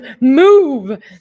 move